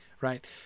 right